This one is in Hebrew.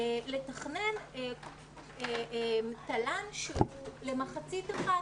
לתכנן תל"ן שהוא למחצית אחת,